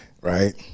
right